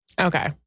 Okay